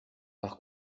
par